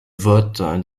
vote